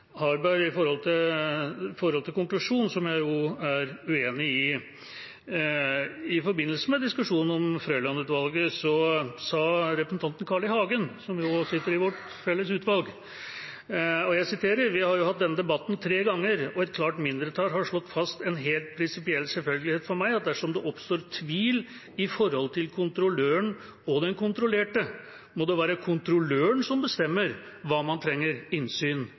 Harberg om konklusjonen, som jeg jo er uenig i. I forbindelse med diskusjonen om Frøiland-utvalget sa representanten Carl I. Hagen, som sitter i vårt felles utvalg: «Vi har jo hatt denne debatten tre ganger, og et klart mindretall har slått fast en helt prinsipiell selvfølgelighet for meg, at dersom det oppstår tvil i forhold til kontrolløren og den kontrollerte, må det være kontrolløren som bestemmer hva man trenger innsyn